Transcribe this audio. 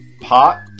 Pot